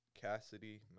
Cassidy